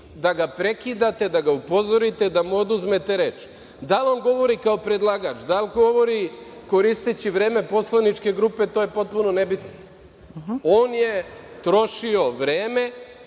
da ga prekidate, da ga upozorite, da mu oduzmete reč. Da li on govori kao predlagač, da li govori koristeći vreme poslaničke grupe, to je potpuno nebitno. On je trošio vreme